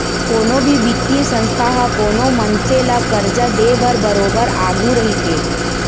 कोनो भी बित्तीय संस्था ह कोनो मनसे ल करजा देय बर बरोबर आघू रहिथे